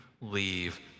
leave